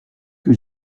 que